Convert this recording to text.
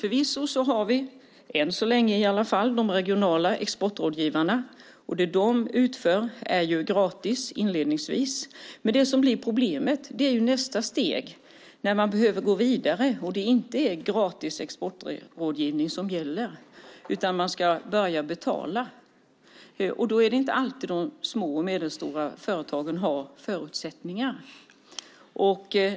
Förvisso har vi, än så länge i alla fall, de regionala exportrådgivarna, och det som de utför är inledningsvis gratis. Problemet blir nästa steg, när man behöver gå vidare och det inte finns gratis exportrådgivning. I stället ska man betala, och det är inte alltid de små och medelstora företagen har förutsättningar för detta.